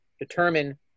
determine